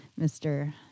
Mr